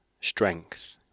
strength